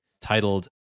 titled